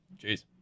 Jeez